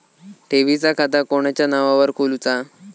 ठेवीचा खाता कोणाच्या नावार खोलूचा?